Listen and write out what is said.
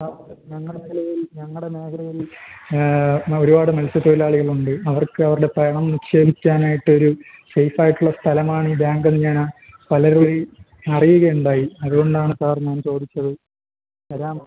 ആ ഞങ്ങളുടെ മേലയിൽ ഞങ്ങളുടെ മേഖലയിൽ ഒരുപാട് മത്സ്യ തൊഴിലാളികൾ ഉണ്ട് അവർക്ക് അവരുടെ പണം നിക്ഷേപിക്കാനായിട്ട് ഒരു സേഫ് ആയിട്ടുള്ള സ്ഥലമാണ് ഈ ബാങ്ക് എന്ന് ഞാൻ പലർ വഴി അറിയുകയുണ്ടായി അതുകൊണ്ടാണ് സാർ ഞാൻ ചോദിച്ചത് തരാമോ